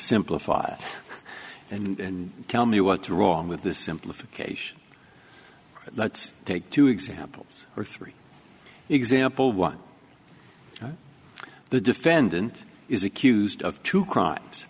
simplify and tell me what's wrong with this simplification let's take two examples or three example one of the defendant is accused of two crimes